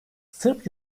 sırp